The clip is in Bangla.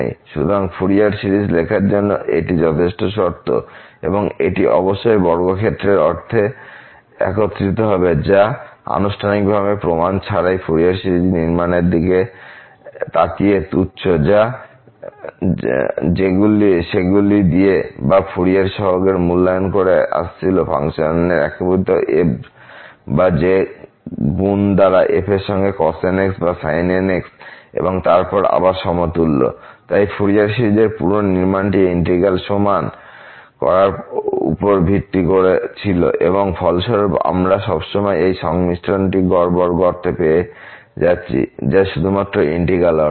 সুতরাং ফুরিয়ার সিরিজ লেখার জন্য এটি যথেষ্ট শর্ত এবং এটি অবশ্যই বর্গক্ষেত্রের অর্থে একত্রিত হবে যা আনুষ্ঠানিক প্রমাণ ছাড়াই ফুরিয়ার সিরিজের নির্মাণের দিকে তাকিয়ে তুচ্ছ যা সেগুলি দিয়ে বা ফুরিয়ার সহগের মূল্যায়ন করে আসছিল ফাংশন একীভূত দ্বারা f বা যে গুন দ্বারা f সঙ্গে cos nx অথবা sin nx এবং তারপর আবার সমতুল্য তাই ফুরিয়ার সিরিজের পুরো নির্মাণটি ইন্টিগ্রাল সমান করার উপর ভিত্তি করে ছিল এবং ফলস্বরূপ আমরা সবসময় এই সংমিশ্রণটি গড় বর্গ অর্থে পেয়ে যাচ্ছি যা শুধুমাত্র ইন্টিগ্র্যাল অর্থে